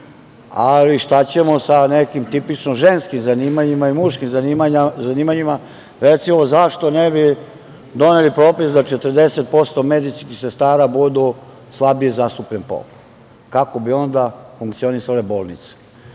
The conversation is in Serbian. itd. Šta ćemo sa nekim tipičnim ženskim zanimanjima i muškim zanimanjima? Recimo, zašto ne bi doneli propis da 40% medicinskih sestara budu slabije zastupljen pol? Kako bi onda funkcionisale bolnice?